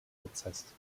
prozess